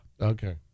Okay